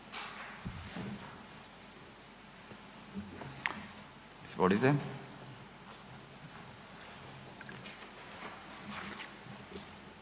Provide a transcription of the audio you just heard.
Izvolite.